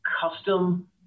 custom